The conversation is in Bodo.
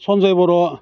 सन्जय बर'